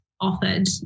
offered